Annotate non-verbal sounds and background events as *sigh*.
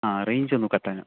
ആ റേഞ്ചൊന്ന് *unintelligible*